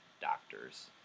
doctors